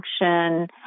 function